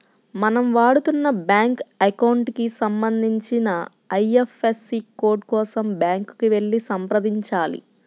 మనం వాడుతున్న bank account కి సంబంధించిన ఐ.ఎఫ్.ఎస్.సి కోడ్ కోసం బ్యాంకుకి వెళ్లి సంప్రదించాలి